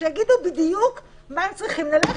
אז שיגידו בדיוק מה הם צריכים ונלך